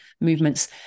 movements